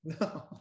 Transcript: No